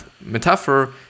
metaphor